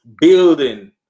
building